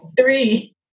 Three